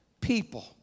people